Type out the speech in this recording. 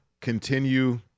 continue